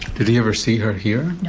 did he ever see her here? no